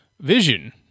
Vision